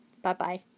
Bye-bye